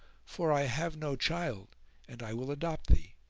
for i have no child and i will adopt thee.